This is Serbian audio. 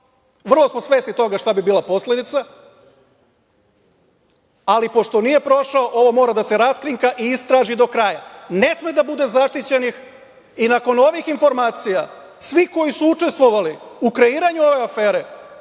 vrlo smo svesni toga šta bi bila posledica. Ali, pošto nije prošlo, ovo mora da se raskrinka i istraži do kraja. Ne sme da bude zaštićenih. Nakon ovih informacija, svi koji su učestvovali u kreiranju ove afere,